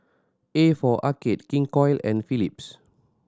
a for Arcade King Koil and Philips